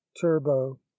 turbo